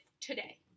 today